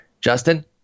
Justin